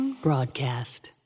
Broadcast